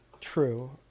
True